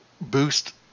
boost